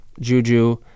juju